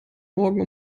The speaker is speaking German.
morgen